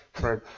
Right